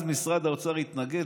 אז משרד האוצר התנגד,